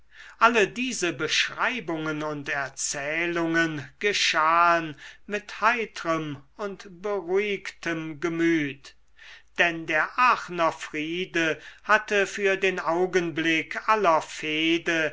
alle diese beschreibungen und erzählungen geschahen mit heitrem und beruhigtem gemüt denn der aachner friede hatte für den augenblick aller fehde